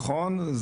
נכון,